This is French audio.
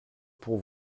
pour